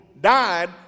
died